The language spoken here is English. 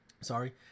Sorry